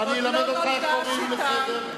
ואני אלמד אותך איך קוראים לסדר.